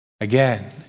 Again